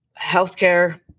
healthcare